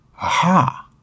Aha